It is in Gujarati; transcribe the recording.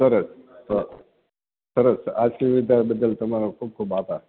સરસ સરસ આથી બદલ તમારો ખૂબ ખૂબ આભાર